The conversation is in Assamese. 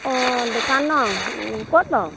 অঁ দোকান ন ক'ত নো